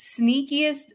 sneakiest